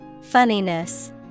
Funniness